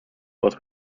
was